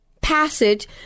passage